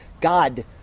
God